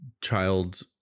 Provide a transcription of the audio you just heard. child